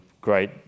great